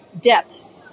depth